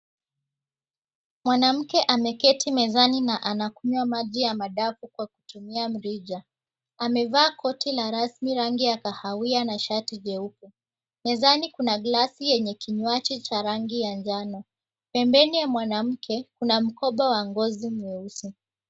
Mwanamke ameketi mezani na anakunywa maji ya madafu kwa kutumia mrija. Amevaa koti la rasmi rangi ya kahawia na shati jeupe. Mezani kuna glasi yenye kinywaji cha rangi ya njano. Pembeni ya mwanamke kuna mkoba wa ngozi mweusi.